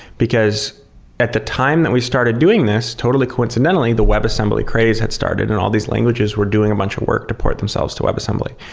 because at the time that we started doing this, totally coincidentally, the webassembly craze had started and all these languages were doing a bunch of work to port themselves to webassembly.